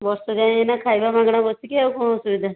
ବର୍ଷେ ଯାଏଁ ଏଇନା ଖାଇବା ମାଗଣା ବସିକି ଆଉ କ'ଣ ଅସୁବିଧା